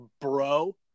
bro